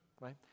right